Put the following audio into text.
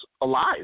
alive